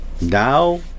Now